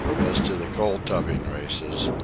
as to the cold-tubbing races,